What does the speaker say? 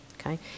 Okay